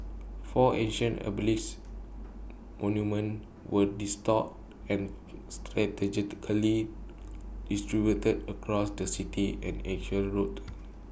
four ancient obelisk monuments were restored and strategically distributed across the city and axial roads